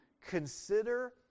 consider